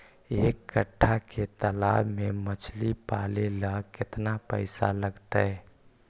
एक कट्ठा के तालाब में मछली पाले ल केतना पैसा लगतै?